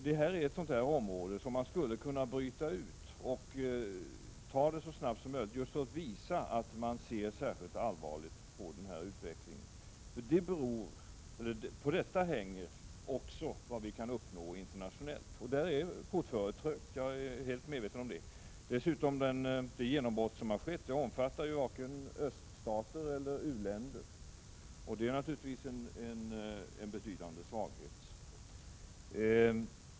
Detta är ett sådant område som man skulle kunna bryta ut och behandla så snabbt som möjligt för att visa att man ser särskilt allvarligt på denna utveckling. På detta hänger också vad vi kan uppnå internationellt. Jag är helt medveten om att portföret är trångt i det avseendet. Det genombrott som har skett omfattar varken öststater eller u-länder. Det är naturligtvis en betydande svaghet.